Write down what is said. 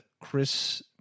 Chris